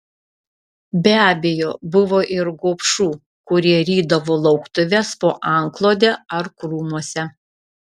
be abejo buvo ir gobšų kurie rydavo lauktuves po antklode ar krūmuose